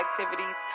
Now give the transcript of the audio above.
activities